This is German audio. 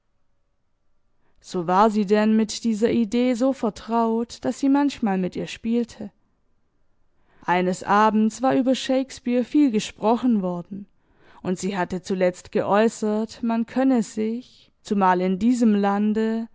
so war sie denn mit dieser idee so vertraut daß sie manchmal mit ihr spielte eines abends war über shakespeare viel gesprochen worden und sie hatte zuletzt geäußert man könne sich zumal in diesem lande